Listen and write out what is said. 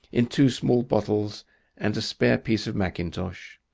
in two small bottles and a spare piece of macintosh.